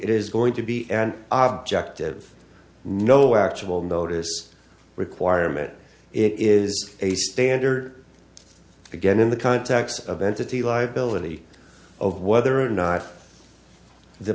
is going to be an object of no actual notice requirement it is a standard again in the context of entity liability of whether or not the